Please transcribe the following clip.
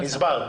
הסברת.